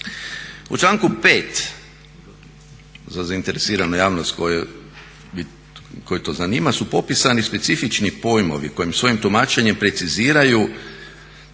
U članku 5.za zainteresiranu javnost koju to zanima su popisani specifični pojmovi koji svojim tumačenjem preciziraju